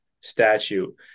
statute